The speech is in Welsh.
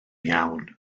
iawn